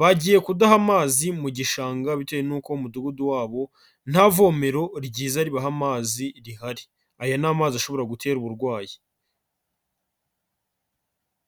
bagiye kudaha amazi mu gishanga bitewe n'uko mu mudugudu wabo nta vomero ryiza ribaha amazi rihari, aya ni amazi ashobora gutera uburwayi.